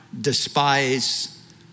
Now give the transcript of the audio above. despise